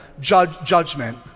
judgment